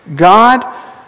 God